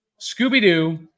Scooby-Doo